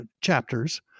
chapters